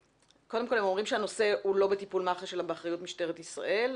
קודם כל הם אומרים שהנושא הוא לא בטיפול מח"ש אלא באחריות משטרת ישראל,